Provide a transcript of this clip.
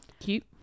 cute